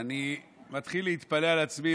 אני מתחיל להתפלא על עצמי.